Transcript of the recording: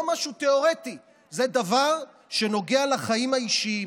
זה לא משהו תיאורטי, זה דבר שנוגע לחיים האישיים.